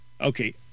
okay